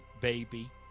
baby